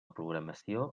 programació